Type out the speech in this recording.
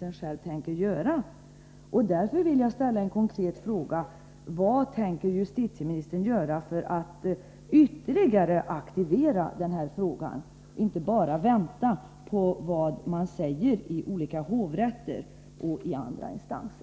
han själv tänker göra. Därför vill jag ställa en konkret fråga: Vad tänker justitieministern göra för att ytterligare aktivera denna fråga? Jag hoppas att justitieministern inte bara tänker vänta på vad man säger i olika hovrätter och i andra instanser.